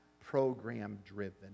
program-driven